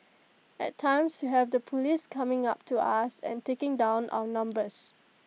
at times we have the Police coming up to us and taking down our numbers